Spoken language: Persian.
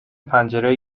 پنجره